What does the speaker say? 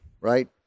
right